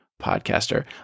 Podcaster